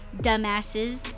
dumbasses